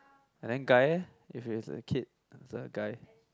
and then guy eh if its a kid is a guy